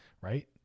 right